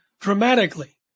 dramatically